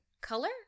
color